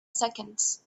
seconds